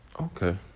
okay